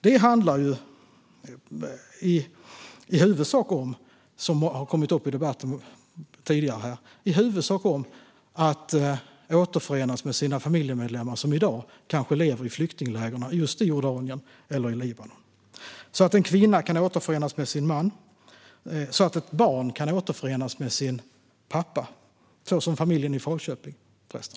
Det handlar i huvudsak om, som har kommit upp i debatten tidigare här, att återförenas med sina familjemedlemmar som i dag kanske lever i flyktinglägren i Jordanien eller Libanon, så att en kvinna kan återförenas med sin man och ett barn kan återförenas med sin pappa, så som familjen i Falköping förresten.